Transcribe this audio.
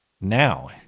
now